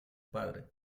padre